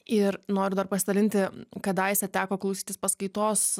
ir noriu dar pasidalinti kadaise teko klausytis paskaitos